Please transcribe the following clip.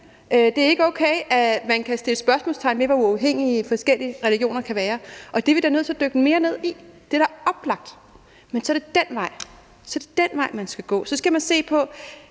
Det er ikke okay, at man kan sætte spørgsmålstegn ved, hvor uafhængige forskellige religioner kan være, og det er vi da nødt til at dykke mere ned i. Det er da oplagt. Men så er det den vej, man skal gå. Så skal man se på,